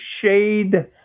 shade